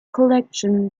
collection